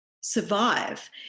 survive